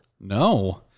no